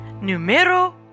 Numero